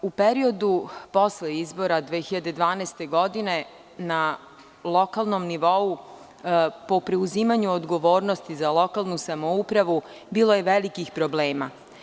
U periodu posle izbora 2012. godine na lokalnom nivou po preuzimanju odgovornosti za lokalnu samoupravu bilo je velikih problema.